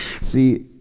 See